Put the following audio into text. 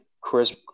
Chris